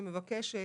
שמבקשת,